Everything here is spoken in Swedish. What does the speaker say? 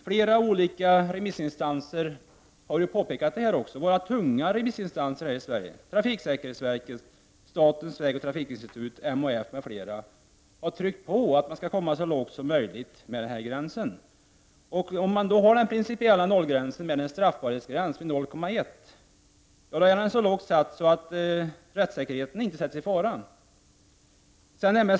Flera remissinstanser har påtalat detta, bl.a. tunga remissinstanser som trafiksäkerhetsverket, statens vägoch trafikinstitut och MHF. De har tryckt på och sagt att promillegränsen skall sättas så lågt som möjligt. Om vi har en principiell nollgräns med en straffbarhetsgräns vid 0,1 Jo, då är den så lågt satt att rättssäkerheten inte är i fara.